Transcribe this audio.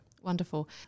Wonderful